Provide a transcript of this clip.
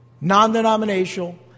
non-denominational